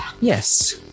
Yes